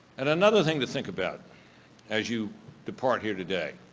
and another thing to think about as you depart here today.